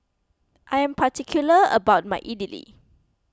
I am particular about my Idili